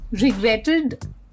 regretted